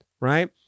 Right